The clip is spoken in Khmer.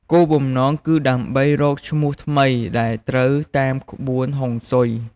គោលបំណងគឺដើម្បីរកឈ្មោះថ្មីដែលត្រូវតាមក្បួនហុងស៊ុយ។